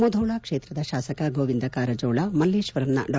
ಮುಧೋಳ ಕ್ಷೇತ್ರದ ಶಾಸಕ ಗೋವಿಂದ ಕಾರಜೋಳ ಮಲ್ಲೇಶ್ವರಂನ ಡಾ